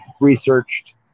researched